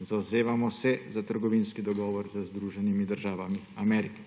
Zavzemamo se za trgovinski dogovor z Združenimi državami Amerike.